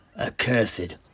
accursed